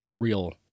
real